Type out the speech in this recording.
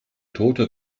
tote